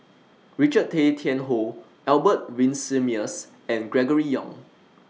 Richard Tay Tian Hoe Albert Winsemius and Gregory Yong